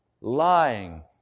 lying